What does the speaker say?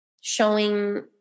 showing